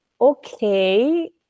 okay